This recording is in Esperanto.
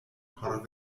por